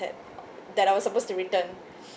that that I was supposed to return